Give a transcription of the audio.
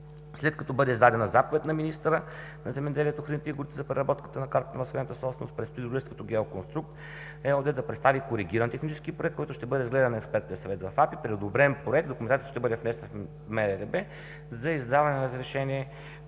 След като бъде издадена заповед на министъра на земеделието, храните и горите за преработката на Картата на възстановената собственост, предстои дружеството „Геоконструкт“ ЕООД да представи коригиран технически проект, който ще бъде разгледан на Експертния съвет в АПИ. При одобрен проект документацията ще бъде внесена в МРРБ за издаване на разрешение по